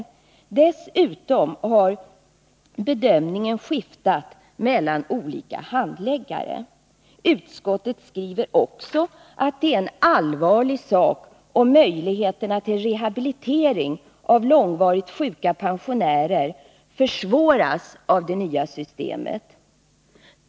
Dessutom har bedömningen skiftat mellan olika handläggare. Utskottet skriver också att det är en allvarlig sak om möjligheterna till rehabilitering av långvarigt sjuka pensionärer försvåras av det nya systemet.